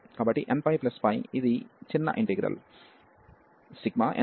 కాబట్టి nπ π ఇది చిన్న ఇంటిగ్రల్